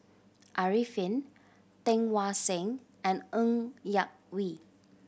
Arifin Teng Mah Seng and Ng Yak Whee